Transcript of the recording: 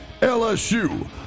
LSU